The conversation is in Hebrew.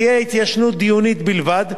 ותהיה התיישנות דיונית בלבד,